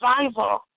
survival